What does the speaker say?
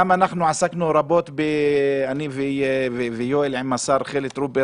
חבר הכנסת רזבוזוב ואנוכי עסקנו רבות יחד עם השר טרופר